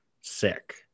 sick